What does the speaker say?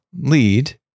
lead